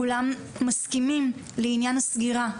כולם מסכימים לעניין הסגירה.